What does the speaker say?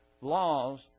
laws